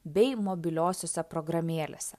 bei mobiliosiose programėlėse